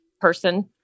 person